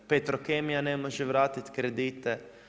Petrokemija ne može vratiti kredite.